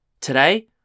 Today